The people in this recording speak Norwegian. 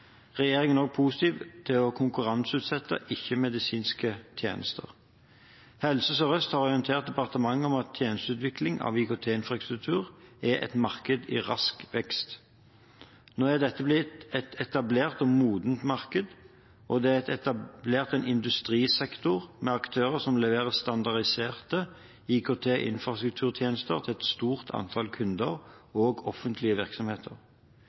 Regjeringen er også positiv til å konkurranseutsette ikke-medisinske tjenester. Helse Sør-Øst har orientert departementet om at tjenesteutsetting av IKT-infrastruktur er et marked i rask vekst. Nå er dette blitt et etablert og modent marked, og det er etablert en industrisektor med aktører som leverer standardiserte IKT-infrastrukturtjenester til et stort antall kunder, også offentlige virksomheter.